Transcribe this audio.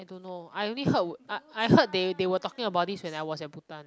I don't know I only heard I I heard they they were talking about this when I was at bhutan